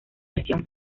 versión